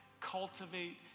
cultivate